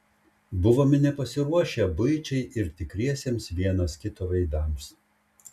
buvome nepasiruošę buičiai ir tikriesiems vienas kito veidams